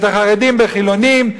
את החרדים בחילונים,